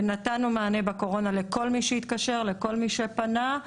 נתנו מענה בקורונה לכל מי שהתקשר, לכל מי שפנה.